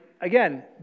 again